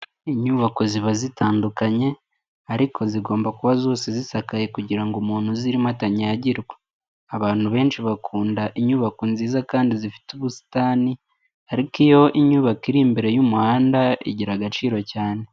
Inyubako ziba zitandukanye ariko zigomba kuba zose zisakaye kugira ngo umuntu uzirimo atanyagirwa, abantu benshi bakunda inyubako nziza kandi zifite ubusitani, ariko iyo inyubako iri imbere y'umuhanda igira agaciro cyane.